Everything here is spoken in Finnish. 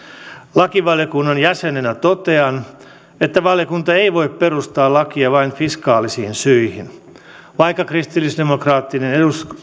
lakivaliokunnan jäsenenä totean että valiokunta ei voi perustaa lakia vain fiskaalisiin syihin vaikka kristillisdemokraattinen